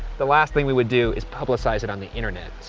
the last thing we would do is publicize it on the internet, so.